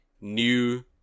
new